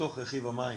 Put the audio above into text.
בתוך רכיב המים